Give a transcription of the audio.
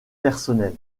personnel